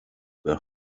were